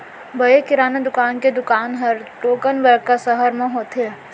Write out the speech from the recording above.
बड़े किराना दुकानदार के दुकान हर थोकन बड़का सहर म होथे